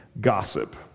gossip